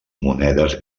monedes